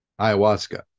ayahuasca